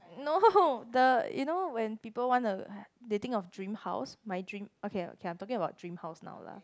no the you know when people wanna they think of dream house my dream okay okay lah I'm talking about dream house now lah